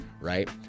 right